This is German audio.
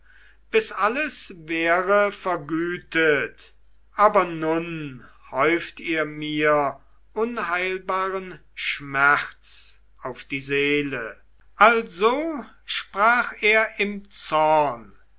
bis alles wäre vergütet aber nun häuft ihr mir unheilbaren schmerz auf die seele also sprach er im zorn